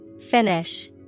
Finish